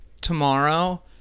tomorrow